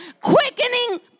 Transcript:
quickening